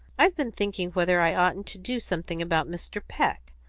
i've been thinking whether i oughtn't to do something about mr. peck.